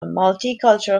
multicultural